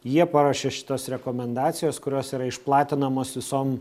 jie paruošė šitas rekomendacijas kurios yra išplatinamos visom